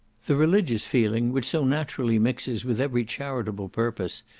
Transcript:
the religious feeling, which so naturally mixes with every charitable purpose,